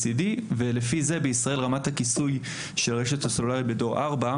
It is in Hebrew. הדיון שלנו היום הוא בנושא הקליטה הסלולרית בערים